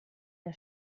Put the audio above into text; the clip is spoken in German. der